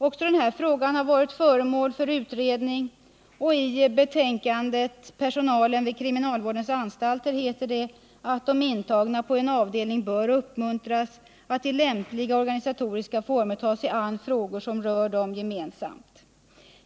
Också den här frågan har varit föremål för utredning, och i betänkandet Personalen vid kriminalvårdens anstalter heter det att de intagna på en avdelning bör uppmuntras att i lämpliga organisatoriska former ta sig an frågor som rör dem gemensamt.